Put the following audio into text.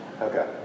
Okay